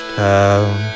town